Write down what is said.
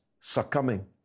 succumbing